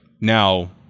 Now